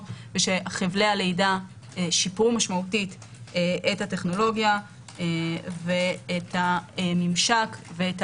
ושחבלי הלידה שיפרו משמעותית את הטכנולוגיה ואת הממשק ואת